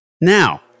Now